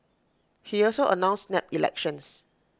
he also announced snap elections